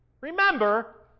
Remember